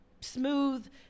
smooth